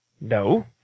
no